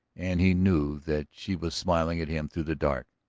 and he knew that she was smiling at him through the dark.